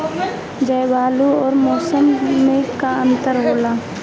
जलवायु और मौसम में का अंतर होला?